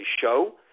show